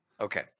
Okay